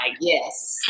yes